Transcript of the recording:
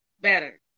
better